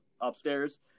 upstairs